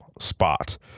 spot